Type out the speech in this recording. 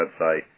website